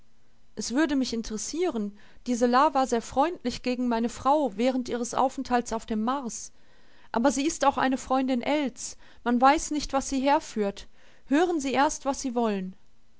es würde mich interessieren diese la war sehr freundlich gegen meine frau während ihres aufenthalts auf dem mars aber sie ist auch eine freundin ells man weiß nicht was sie herführt hören sie erst was sie wollen